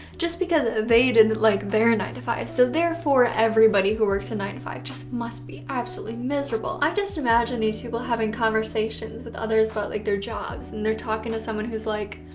just because they didn't like their nine to five so therefore everybody who works a nine to five just must be absolutely miserable. i just imagine these people having conversations with others about like their jobs and they're talking to someone who's like,